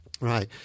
Right